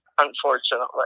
unfortunately